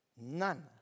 None